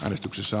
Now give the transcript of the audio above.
äänestyksessä